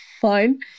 fine